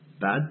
Bad